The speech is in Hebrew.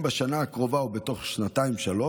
בשנה הקרובה או בתור שנתיים-שלוש.